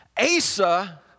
Asa